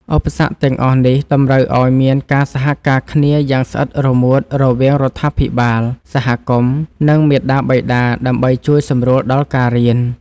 ឧបសគ្គទាំងអស់នេះតម្រូវឱ្យមានការសហការគ្នាយ៉ាងស្អិតរមួតរវាងរដ្ឋាភិបាល សហគមន៍ និង មាតាបិតា ដើម្បីជួយសម្រួលដល់ការរៀន។